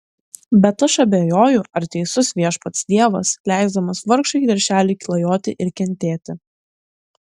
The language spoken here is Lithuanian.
bet aš abejoju ar teisus viešpats dievas leisdamas vargšui veršeliui klajoti ir kentėti